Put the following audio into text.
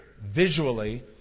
Visually